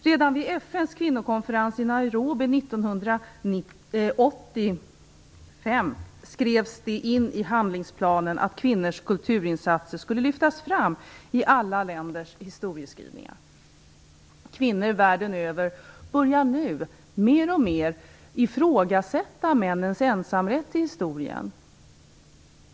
Redan vid FN:s kvinnokonferens i Nairobi 1985 skrevs det in i handlingsplanen att kvinnors kulturinsatser skulle lyftas fram i alla länders historieskrivningar. Kvinnor världen över börjar nu mer och mer att ifrågasätta männens ensamrätt i historien.